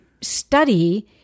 study